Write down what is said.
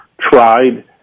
tried